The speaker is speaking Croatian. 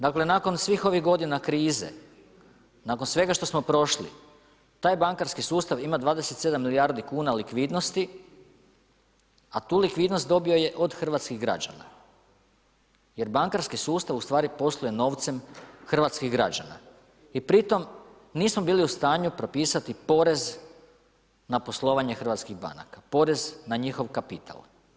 Dakle nakon svih ovih godina krize, nakon svega što smo prošli taj bankarski sustav ima 27 milijardi kuna likvidnosti, a tu likvidnost dobio je od hrvatskih građana jer bankarski sustav ustvari posluje novcem hrvatskih građana i pri tome nismo bili u stanju propisati porez na poslovanje hrvatskih banaka, porez na njihov kapital.